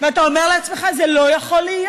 ואתה אומר לעצמך: זה לא יכול להיות.